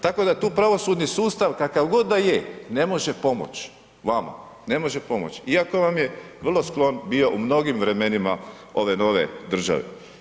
Tako da tu pravosudni sustav kakav god da je, ne može pomoć vama, ne može pomoć iako vam je vrlo sklon bio u mnogim vremenima ove nove države.